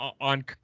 on